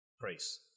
praise